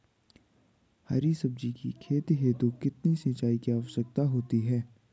हरी सब्जी की खेती हेतु कितने सिंचाई की आवश्यकता होती है?